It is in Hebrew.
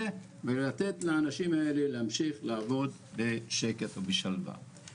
ולתת לאנשים האלה להמשיך לעבוד בשקט ובשלווה.